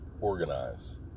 organize